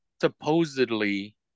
supposedly